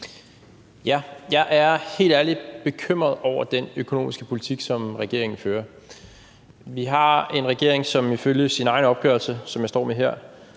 Jeg er helt ærligt bekymret over den økonomiske politik, som regeringen fører. Vi har en regering, som ifølge sin egen opgørelse, som jeg står med her,